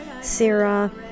Sarah